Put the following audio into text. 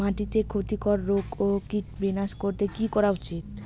মাটিতে ক্ষতি কর রোগ ও কীট বিনাশ করতে কি করা উচিৎ?